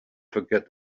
forget